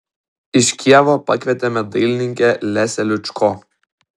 iš kijevo pakvietėme dailininkę lesią lučko